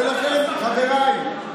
ולכן חבריי,